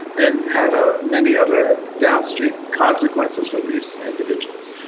and had ah many other downstream consequences for these individuals.